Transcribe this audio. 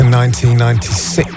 1996